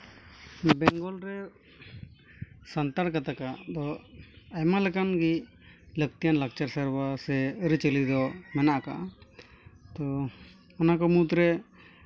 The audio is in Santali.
ᱵᱮᱝᱜᱚᱞ ᱨᱮ ᱥᱟᱱᱛᱟᱲ ᱜᱟᱛᱟᱠᱟᱜ ᱫᱚ ᱟᱭᱢᱟ ᱞᱮᱠᱟᱱ ᱜᱮ ᱞᱟᱹᱠᱛᱤᱭᱟᱱ ᱞᱟᱠᱪᱟᱨ ᱥᱮᱨᱣᱟ ᱥᱮ ᱟᱹᱨᱤᱼᱪᱟᱹᱞᱤ ᱫᱚ ᱢᱮᱱᱟᱜ ᱟᱠᱟᱜᱼᱟ ᱛᱚ ᱚᱱᱟ ᱠᱚ ᱢᱩᱫᱽ ᱨᱮ